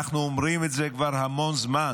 אנחנו אומרים את זה כבר המון זמן.